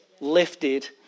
lifted